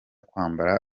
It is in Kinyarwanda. kwambara